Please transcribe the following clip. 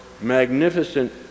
magnificent